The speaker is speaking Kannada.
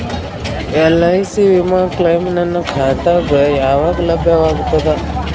ಎಲ್.ಐ.ಸಿ ವಿಮಾ ಕ್ಲೈಮ್ ನನ್ನ ಖಾತಾಗ ಯಾವಾಗ ಲಭ್ಯವಾಗತದ?